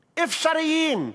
אפשריים,